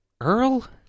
Earl